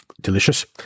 Delicious